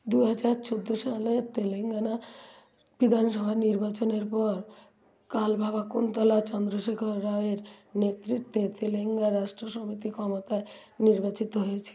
দু হাজার চোদ্দ সালের তেলেঙ্গানা বিধানসভা নির্বাচনের পর কালভাবাকুন্তলা চন্দ্রশেখর রাওয়ের নেতৃত্বে তেলেঙ্গানা রাষ্ট্র সমিতি ক্ষমতায় নির্বাচিত হয়েছিলো